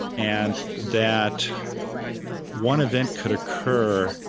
and that one event could occur,